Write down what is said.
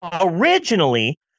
Originally